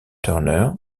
turner